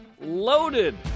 Loaded